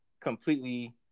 completely